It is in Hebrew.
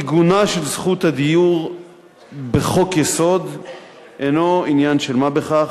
עיגונה של זכות הדיור בחוק-יסוד אינו עניין של מה בכך,